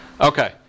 Okay